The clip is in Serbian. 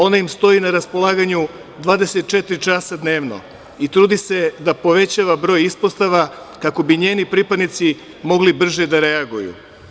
Ona im stoji na raspolaganju 24 časa dnevno i trudi se da povećava broj ispostava kako bi njeni pripadnici mogli brže da reaguju.